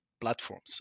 platforms